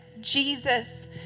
Jesus